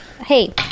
Hey